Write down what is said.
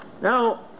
Now